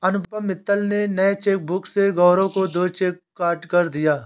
अनुपम मित्तल ने नए चेकबुक से गौरव को दो चेक काटकर दिया